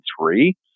three